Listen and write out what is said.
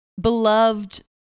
beloved